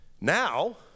now